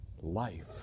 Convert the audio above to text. life